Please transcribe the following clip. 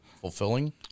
fulfilling